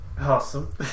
Awesome